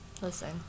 Listen